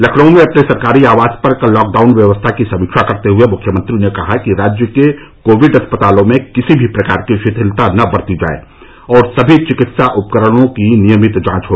लखनऊ में अपने सरकारी आवास पर कल लॉकडाउन व्यवस्था की समीक्षा करते हुए मुख्यमंत्री ने कहा कि राज्य के कोविड अस्पतालों में किसी भी प्रकार की शिथिलता न बरती जाए और सभी चिकित्सा उपकरणों की नियमित जांच हो